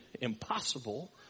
impossible